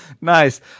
Nice